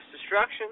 destruction